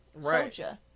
soldier